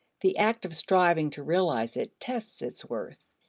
the act of striving to realize it tests its worth.